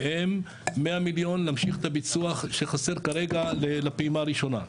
מהם 100 מיליון להמשיך את הביצוע שחסר כרגע לפעימה הראשונה,